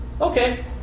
okay